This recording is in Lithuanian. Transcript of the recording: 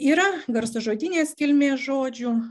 yra garsažodinės kilmės žodžių